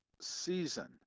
season